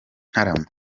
ntarama